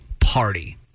party